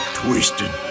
twisted